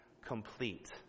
complete